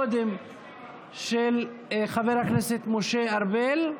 קודם ההצעה של חבר הכנסת משה ארבל.